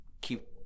keep